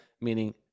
meaning